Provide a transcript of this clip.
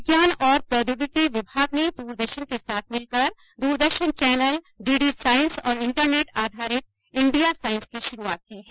विज्ञान और प्रौद्योगिकी विभाग ने दूरदर्शन के साथ मिलकर दूरदर्शन चैनल डीडीसाइंस और इंटरनेट आधारित इंडिया साइंस की शुरूआत की है